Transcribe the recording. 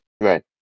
Right